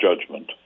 judgment